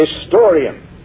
historian